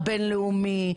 הבינלאומי,